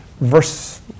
verse